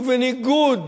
ובניגוד